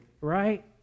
right